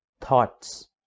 thoughts